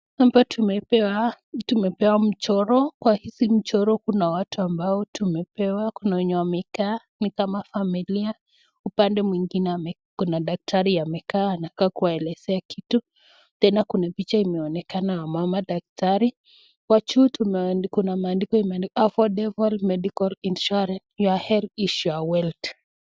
hapa tumepewa tumepewa mchoro. kwa hizi mchoro kuna watu ambao tumepewa. Kuna wenye wamekaa ni kama familia. upande mwingine kuna daktari amekaa anataka ankakuwaelezea kitu. Tena kuna picha imeonekana ya mama daktari. kwa chini tume kuna maandiko imeandikwa affordable medical insurance. your health is your wealth .